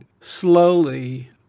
slowly